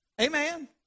Amen